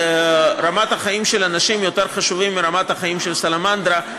שרמת החיים של אנשים יותר חשובה מרמת החיים של סלמנדרה,